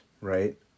right